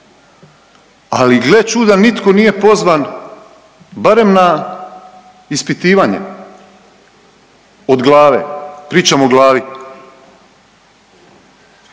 ali gle čuda nitko nije pozvan barem na ispitivanje od glave. Pričam o glavi.